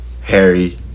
Harry